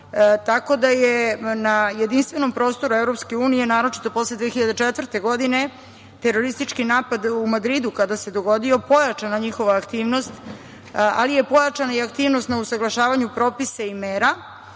Tako da je na jedinstvenom prostoru Evropske unije naročito posle 2004. godine teroristički napad u Madridu kada se dogodio pojačana njihova aktivnost, ali je pojačana i aktivnost na usaglašavanju propisa i mera